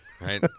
right